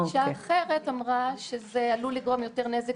גישה אחרת אמרה שזה עלול לגרום יותר נזק